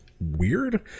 weird